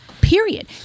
Period